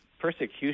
persecution